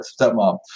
stepmom